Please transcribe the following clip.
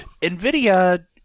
NVIDIA